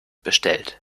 bestellt